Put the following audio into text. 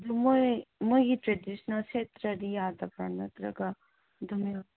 ꯃꯣꯏ ꯃꯣꯏꯒꯤ ꯇ꯭ꯔꯦꯗꯤꯁꯅꯦꯜ ꯁꯦꯠꯇ꯭ꯔꯗꯤ ꯌꯥꯗꯕ꯭ꯔꯥ ꯅꯠꯇ꯭ꯔꯒ ꯑꯗꯨꯝ